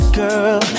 girl